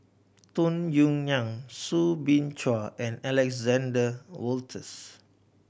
Tung Yue Nang Soo Bin Chua and Alexander Wolters